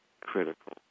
critical